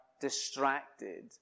distracted